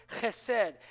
chesed